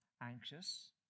anxious